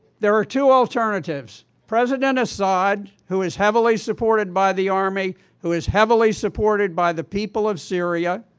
there are two alternatives. president assad, who is heavily supported by the army, who is heavily supported by the people of syria,